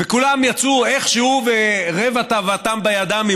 וכולם יצאו איכשהו ורבע תאוותם בידם,